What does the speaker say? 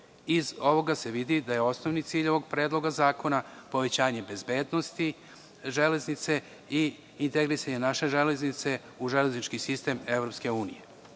Iz ovoga se vidi da je osnovni cilj ovog predloga zakona povećanje bezbednosti železnice i integrisanje naše železnice u železnički sistem EU.Najjednostavnije